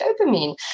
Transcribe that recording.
dopamine